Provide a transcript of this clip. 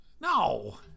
no